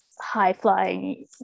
high-flying